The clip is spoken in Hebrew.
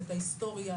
את ההסטוריה,